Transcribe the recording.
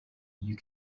you